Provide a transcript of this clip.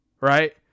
Right